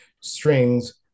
strings